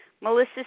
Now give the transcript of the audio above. Melissa